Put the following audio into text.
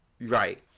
Right